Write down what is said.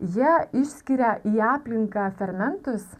jie išskiria į aplinką fermentus